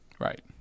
Right